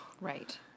Right